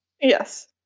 Yes